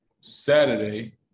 Saturday